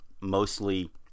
mostly